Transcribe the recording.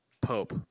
pope